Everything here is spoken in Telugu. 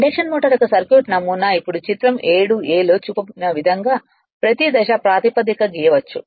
ఇండక్షన్ మోటర్ యొక్క సర్క్యూట్ నమూనా ఇప్పుడు చిత్రం 7 a లో చూపిన విధంగా ప్రతి దశ ప్రాతిపదికన గీయవచ్చు